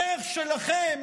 בדרך שלכם